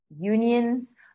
unions